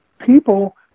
people